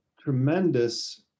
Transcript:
tremendous